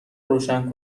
روشن